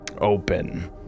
open